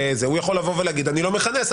הוא יכול לבוא ולהגיד: אני לא מכנס,